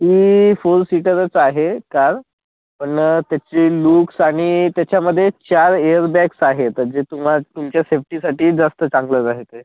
ही four सीटरच आहे car पण त्याची लूक्स आणि त्याच्यामध्ये चार एयरबॅग्स आहेत तर जे तुमा तुमच्या सेफ्टीसाठी जास्त चांगलं राहील ते